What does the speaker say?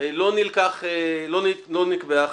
לא נקבעה החלטה.